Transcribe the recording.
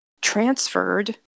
transferred